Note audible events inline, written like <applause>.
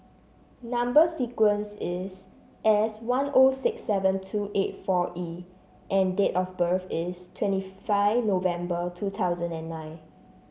number sequence is S one O six seven two eight four E and date of birth is twenty <unintelligible> five November two thousand and nine